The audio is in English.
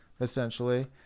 essentially